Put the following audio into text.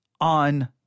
on